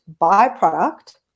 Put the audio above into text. byproduct